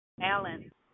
Alan